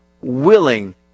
willing